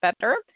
better